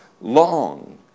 long